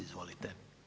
Izvolite.